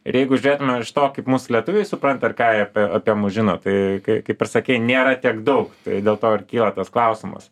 ir jeigu žiūrėtumėm iš to kaip mus lietuviai supranta ir ką jie apie mus žino tai kaip ir sakei nėra tiek daug tai dėl to ir kyla tas klausimas